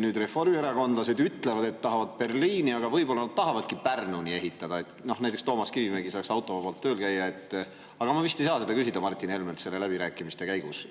Nüüd, reformierakondlased küll ütlevad, et tahavad Berliini, aga võib-olla nad tahavad Pärnuni ehitada. Näiteks Toomas Kivimägi saaks autovabalt tööl käia. Aga ma vist ei saa seda küsida Martin Helmelt läbirääkimiste käigus.